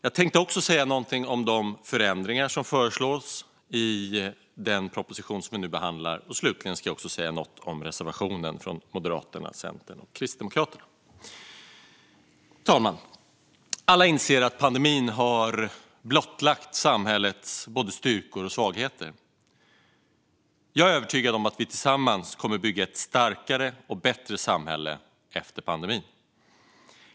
Jag tänkte även säga någonting om de förändringar som föreslås i den proposition vi nu behandlar, och slutligen ska jag säga något om reservationen från Moderaterna, Centern och Kristdemokraterna. Herr talman! Alla inser att pandemin har blottlagt samhällets styrkor och svagheter. Jag är övertygad om att vi tillsammans kommer att bygga ett starkare och bättre samhälle efter pandemin.